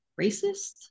racist